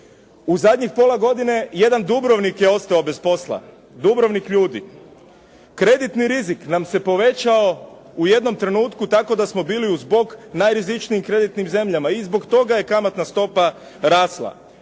U zadnjih pola godine jedan Dubrovnik je ostao bez posla. Dubrovnik ljudi. Kreditni rizik nam se povećao u jednom trenutku tako da smo bili uz bok najrizičnijim kreditnim zemljama i zbog toga je kamatna stopa rasla.